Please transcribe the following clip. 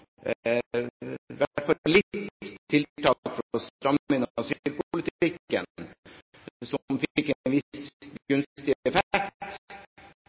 i hvert fall ganske få – tiltak for å stramme inn asylpolitikken som fikk en viss gunstig effekt,